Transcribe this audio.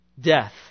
death